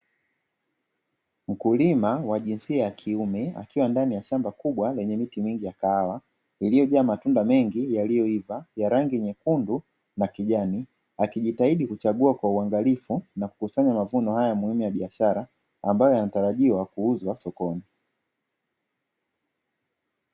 Mkulima wa jinsia ya kiume akiwa ndani ya shamba kubwa lenye miti mingi ya kahawa, iliyojaa matunda mengi yaliyoiva ya rangi nyekundu na kijani akijitahidi kuchagua kwa uangalifu na kukusanya mavuno haya muhimu ya biashara ambayo yanatarajiwa kuuzwa sokoni.